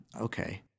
Okay